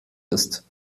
ist